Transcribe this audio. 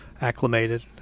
acclimated